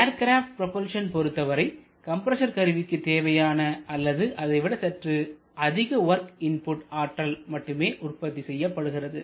aircraft propulsion பொறுத்தவரை compressor கருவிக்கு தேவையான அல்லது அதைவிட சற்று அதிக வொர்க் இன்புட் ஆற்றல் மட்டுமே உற்பத்தி செய்யப்படுகிறது